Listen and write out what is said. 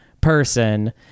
person